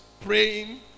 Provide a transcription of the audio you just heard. praying